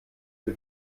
für